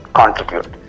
contribute